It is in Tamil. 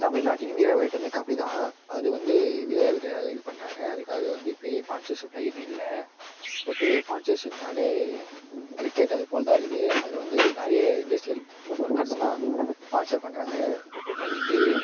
தமிழ்நாட்டின் வீர விளையாட்டு வந்து கபடி தான் அது வந்து வீர விளையாட்டாக இது பண்ணுறாங்க அதுக்காக வந்து பெரிய ஸ்பான்ஸர்ஷிபெல்லாம் எதுவும் இல்லை இப்போ பெரிய ஸ்பான்ஸர்ஷிப்னாலே கிரிக்கெட் அது போல் தான் இருக்குது அதில் வந்து நிறைய இண்டஸ்ரியல் ஒர்க்கர்ஸெல்லாம் ஸ்பான்ஸர் பண்ணுறாங்க மந்த்து